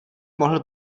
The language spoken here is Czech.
mohl